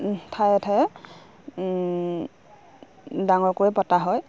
ঠায়ে ঠায়ে ডাঙৰকৈ পতা হয়